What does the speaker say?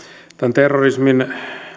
terrorismin